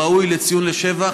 ראוי לשבח,